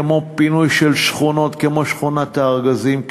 כמו פינוי של שכונות כמו שכונת-הארגזים,